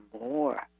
more